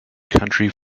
county